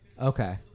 Okay